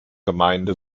gemeinde